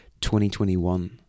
2021